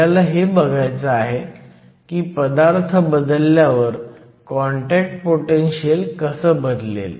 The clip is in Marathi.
आपल्याला हे बघायचं आहे की पदार्थ बदलल्यावर कॉन्टॅक्ट पोटेनशीयल कसं बदलेल